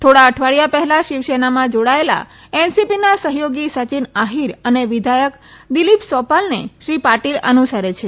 થોડા અઠવાડીયા પહેલા શિવસેનામાં જોડાયેલા એનસીપીના સહયોગી સચિન આહીર અને વિદ્યાયક દીલીપ સોપાલને શ્રી પાટીલ અનુસરે છે